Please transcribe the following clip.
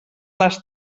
les